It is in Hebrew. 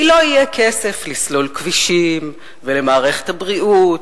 כי לא יהיה כסף לסלול כבישים, ולמערכת הבריאות,